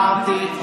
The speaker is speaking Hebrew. בחרתי לעשות,